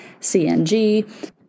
CNG